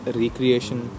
recreation